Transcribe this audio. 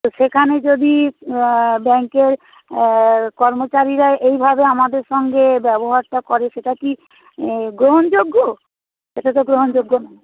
তো সেখানে যদি ব্যাংকের কর্মচারীরা এইভাবে আমাদের সঙ্গে ব্যবহারটা করে সেটা কি গ্রহণযোগ্য সেটা তো গ্রহণযোগ্য না